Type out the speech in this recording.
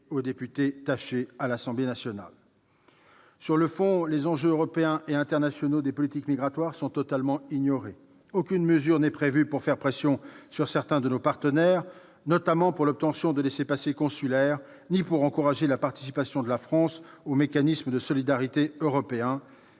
au député Aurélien Taché. Sur le fond, les enjeux européens et internationaux des politiques migratoires sont totalement ignorés. Aucune mesure n'est prévue pour faire pression sur certains de nos partenaires, notamment pour l'obtention de laissez-passer consulaires ou pour encourager la participation de la France au mécanisme de solidarité européen.